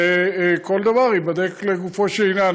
וכל דבר ייבדק לגופו של עניין.